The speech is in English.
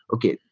okay,